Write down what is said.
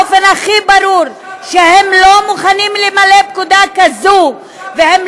באופן הכי ברור, בושה וחרפה.